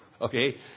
okay